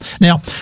Now